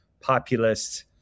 populist